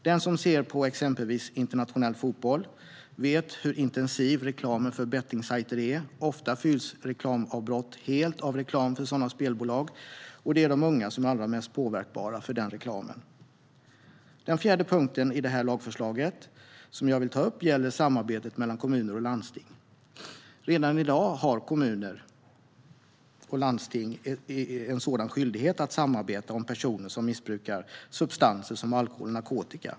Den som ser på exempelvis internationell fotboll vet hur intensiv reklamen för bettingsajter är. Ofta fylls reklamavbrott helt av reklam för sådana spelbolag. Och det är de unga som är allra mest påverkbara för den reklamen. Den fjärde punkten i det här lagförslaget som jag vill ta upp gäller samarbetet mellan kommuner och landsting. Redan i dag har kommuner och landsting en skyldighet att samarbeta om personer som missbrukar substanser som alkohol och narkotika.